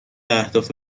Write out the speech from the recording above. اهداف